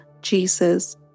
Jesus